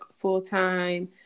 full-time